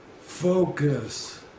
focus